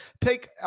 Take